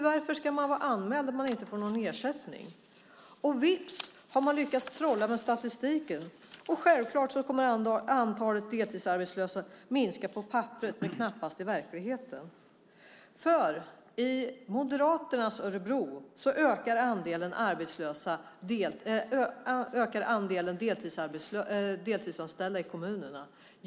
Varför ska man vara anmäld när man inte får någon ersättning? Vips har man lyckats trolla med statistiken, och självklart kommer antalet deltidsarbetslösa att minska på papperet, men knappast i verkligheten. I Moderaternas Örebro ökar andelen deltidsanställda i kommunen.